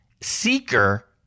seeker